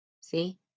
See